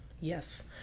Yes